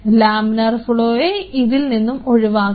laminar ഫ്ലോയെ ഇതിൽ നിന്നും ഒഴിവാക്കാം